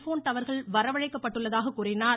phone டவர்கள் வரவழைக்கப்பட்டுள்ளதாக கூறினார்